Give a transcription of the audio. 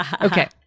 Okay